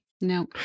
No